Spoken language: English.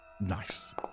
nice